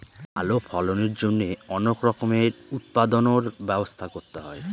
ভালো ফলনের জন্যে অনেক রকমের উৎপাদনর ব্যবস্থা করতে হয়